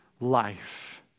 life